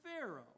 Pharaoh